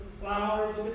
flowers